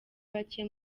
bake